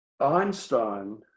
Einstein